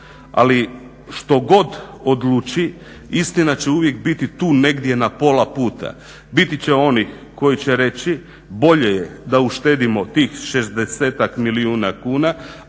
ali što god odluči istina će uvijek biti tu negdje na pola puta, biti će onih koji će reći bolje je da uštedimo tih 60 milijuna kuna,